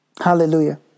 Hallelujah